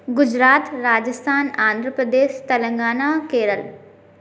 Gujarat Rajasthan Andhra Pradesh Telangana Kerala